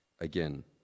Again